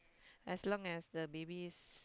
as long as the baby is